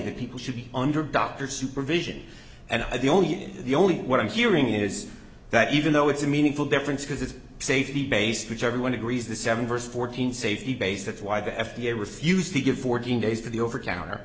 that people should be under doctor's supervision and the only the only what i'm hearing is that even though it's a meaningful difference because it's safety based which everyone agrees the seven verse fourteen safety base that's why the f d a refused to give fourteen days to the over counter